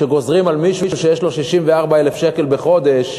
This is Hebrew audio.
שגוזרים על מישהו שיש לו 64,000 שקל בחודש,